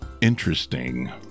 interesting